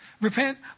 repent